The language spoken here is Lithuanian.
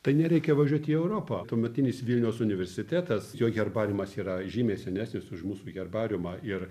tai nereikia važiuoti į europą tuometinis vilniaus universitetas jo herbariumas yra žymiai senesnis už mūsų herbariumą ir